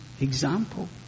example